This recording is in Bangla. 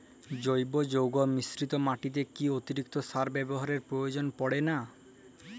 জৈব যৌগ মিশ্রিত মাটিতে কি অতিরিক্ত সার ব্যবহারের প্রয়োজন পড়ে না?